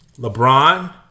LeBron